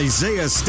Isaiah